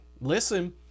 Listen